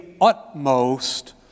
utmost